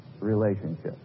relationship